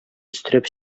өстерәп